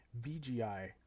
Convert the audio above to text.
VGI